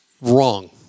wrong